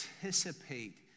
Participate